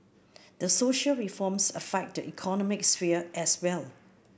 the social reforms affect the economic sphere as well